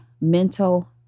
mental